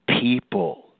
people